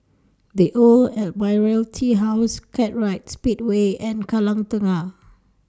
The Old Admiralty House Kartright Speedway and Kallang Tengah